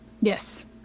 Yes